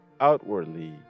outwardly